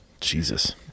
Jesus